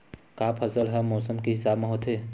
का फसल ह मौसम के हिसाब म होथे?